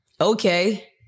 Okay